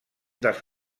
dels